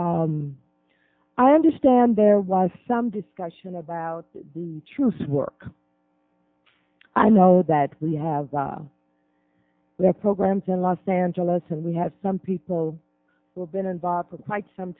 that i understand there was some discussion about the truce work i know that we have their programs in los angeles and we have some people who have been involved for quite some